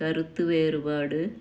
கருத்து வேறுபாடு